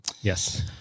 Yes